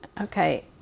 Okay